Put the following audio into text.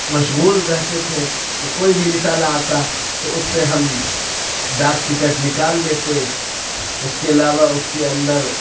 مشغول رہتے تھے تو کوئی بھی رسالہ آتا تو اُس سے ہم ڈاک ٹکٹ نکال لیتے اُس کے علاوہ اُس کے اندر